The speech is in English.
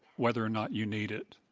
whether or not you need it.